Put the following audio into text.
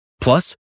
Plus